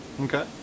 Okay